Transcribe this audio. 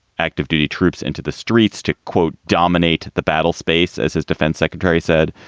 active duty troops into the streets to, quote, dominate the battlespace, as his defense secretary said,